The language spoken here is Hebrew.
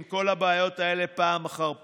עם כל הבעיות האלה פעם אחר פעם.